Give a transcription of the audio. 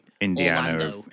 Indiana